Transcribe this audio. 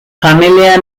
familia